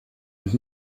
und